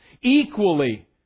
equally